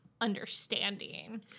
understanding